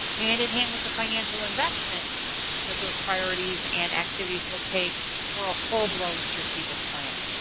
hand-in-hand with the financial investment that those priorities and activities will take for a full-blown strategic plan.